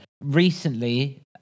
Recently